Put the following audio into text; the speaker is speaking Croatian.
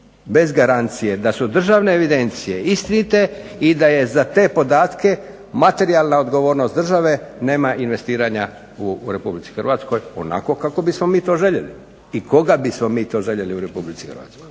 Bez garancije, da su državne evidencije istinite i da je za te podatke materijalna odgovornost države nema investiranja u Republici Hrvatskoj, onako kako bismo mi to željeli, i koga bismo mi to željeli u Republici Hrvatskoj.